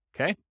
Okay